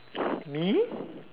me